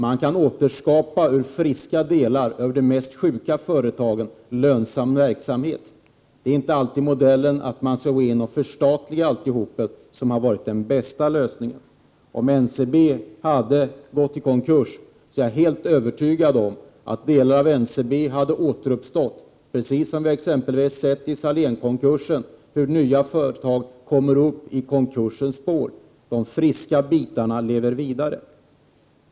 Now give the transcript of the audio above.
Man kan återskapa ur friska delar av de mest sjuka företag en lönsam verksamhet. Modellen att förstatliga alltihop är inte alltid den bästa lösningen. Om Ncb hade gått i konkurs är jag övertygad om att delar av Ncb hade återuppstått, precis som vi sett vid Sahlénkonkursen hur nya företag kom upp i konkursens spår. De friska delarna lever vidare.